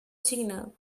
signal